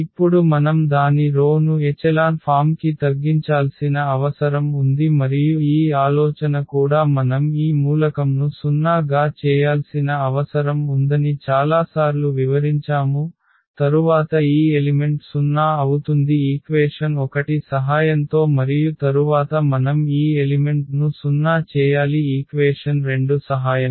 ఇప్పుడు మనం దాని రో ను ఎచెలాన్ ఫామ్ కి తగ్గించాల్సిన అవసరం ఉంది మరియు ఈ ఆలోచన కూడా మనం ఈ మూలకం ను 0 గా చేయాల్సిన అవసరం ఉందని చాలాసార్లు వివరించాము తరువాత ఈ ఎలిమెంట్ 0 అవుతుంది ఈక్వేషన్ 1 సహాయంతో మరియు తరువాత మనం ఈ ఎలిమెంట్ ను 0 చేయాలి ఈక్వేషన్ 2 సహాయంతో